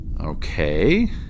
Okay